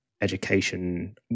education